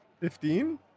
Fifteen